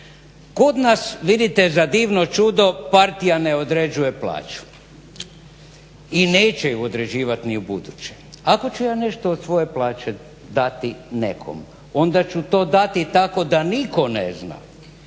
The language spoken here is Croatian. Kod nas vidite za divno čudo partija ne određuje plaću i neće je određivati ni u buduće. Ako ću ja nešto od svoje plaće dati nekom onda ću to dati tako da nitko ne zna.